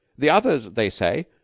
the others they say,